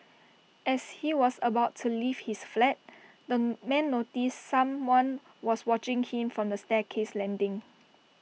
as he was about to leave his flat the man noticed someone was watching him from the staircase landing